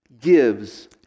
gives